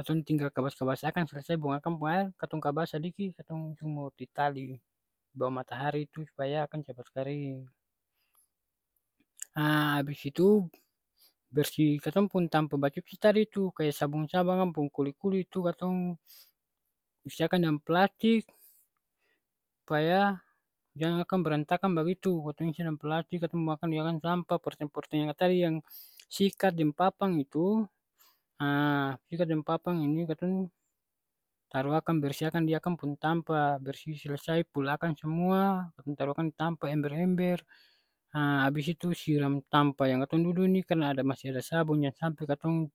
katong tinggal kabas-kabas akang selesai buang akang pung aer, katong kabas sadiki katong jumur di tali. Bawah matahari tu supaya akang capat karing. Haa abis itu bersih katong pung tampa bacuci tadi tu. Kaya sabong-sabong akang pung kuli-kuli tu katong isi akang dalam plastik, supaya jang akang berantakan bagitu. Katong isi dalam plastik, katong buang akang di akang tampa, porteng-porteng yang tadi yang sikat deng papang itu haa sikat deng papang ini katong taru akang bersih akang di akang pung tampa. Bersih selesai pul akang samua, katong taru akang di tampa, ember-ember, ha abis itu siram tampa yang katong dudu ni kan ada masih ada sabong jang sampe katong